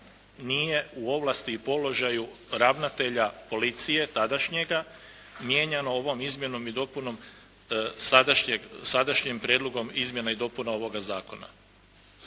nije u ovlasti i položaju ravnatelja policije, tadašnjega, mijenjano ovom izmjenom i dopunom, sadašnjim Prijedlogom izmjena i dopuna ovoga Zakona.